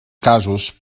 casos